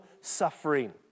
suffering